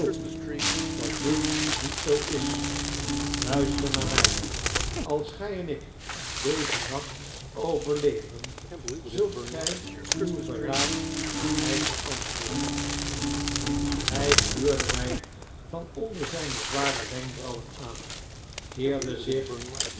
niet dat dit niet zoo is l luister naar my als gij en ik dezen nacht overleven zult gy uw verraad aan my verantwoorden hy gluurde my van onder zyne zware wenkbrauwen aan keerde zich